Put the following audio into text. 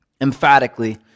emphatically